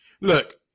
look